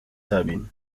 sabine